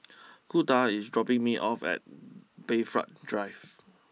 Kunta is dropping me off at Bayfront Drive